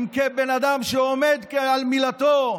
אדם תוקפות קברים.